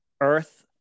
Earth